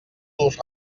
los